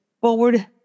forward